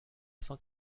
cent